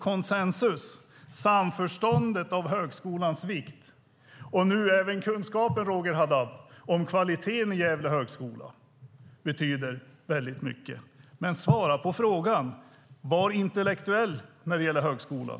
Konsensus, samförståndet om högskolans vikt, och nu även kunskapen om kvaliteten i Högskolan i Gävle, Roger Haddad, betyder väldigt mycket. Svara på frågan, Jan Björklund! Var intellektuell när det gäller högskolan!